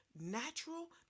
natural